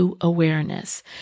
awareness